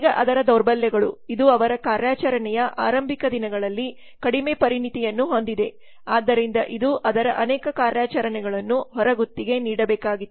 ಈಗ ಅದರ ದೌರ್ಬಲ್ಯಗಳು ಇದು ಅವರ ಕಾರ್ಯಾಚರಣೆಯ ಆರಂಭಿಕ ದಿನಗಳಲ್ಲಿ ಕಡಿಮೆ ಪರಿಣತಿಯನ್ನು ಹೊಂದಿದೆ ಆದ್ದರಿಂದ ಇದುಅದರ ಅನೇಕ ಕಾರ್ಯಾಚರಣೆಗಳನ್ನುಹೊರಗುತ್ತಿಗೆ ನೀಡಬೇಕಾಗಿತ್ತು